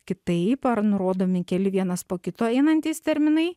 kitaip ar nurodomi keli vienas po kito einantys terminai